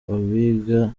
abiga